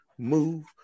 move